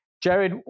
Jared